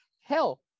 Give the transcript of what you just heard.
hell